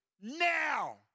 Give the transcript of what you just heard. now